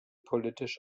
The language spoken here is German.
politisch